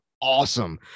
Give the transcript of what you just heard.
awesome